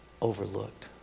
overlooked